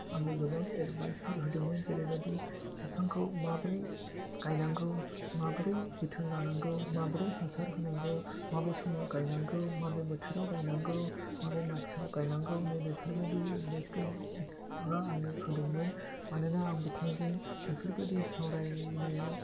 आंनो गोबां एडभाइसफोर होदोंमोन जेरैबायदि बिफांखौ माब्रै गायनांगौ माब्रै जोथोन लानांगौ माब्रै हासार होनांगौ माबे समाव गायनांगौ माबे बोथोराव गायनांगौ माबे मासआव गायनांगौ नैबेफोरबायदि एडभाइसखौ बिथाङा आंनो होदोंमोन मानोना आं बिथांजों बेफोरबायदि सावरायनायाव